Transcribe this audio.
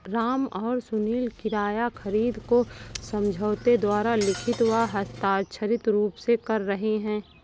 राम और सुनील किराया खरीद को समझौते द्वारा लिखित व हस्ताक्षरित रूप में कर रहे हैं